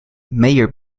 mayer